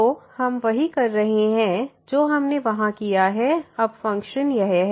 तो हम वही कर रहे हैं जो हमने वहां किया है अब फ़ंक्शन यह है